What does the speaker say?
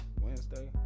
Wednesday